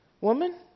woman